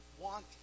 want